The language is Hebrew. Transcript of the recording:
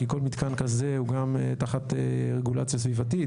כי כל מתקן כזה הוא גם תחת רגולציה סביבתית,